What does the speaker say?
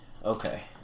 Okay